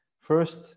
first